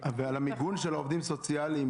בין אם בווידאו ובין אם בטלפון הועברו לטפל מרחוק,